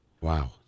Wow